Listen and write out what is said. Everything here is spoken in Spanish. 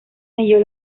ello